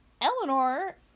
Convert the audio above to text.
Eleanor